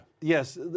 Yes